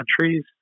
countries